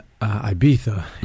Ibiza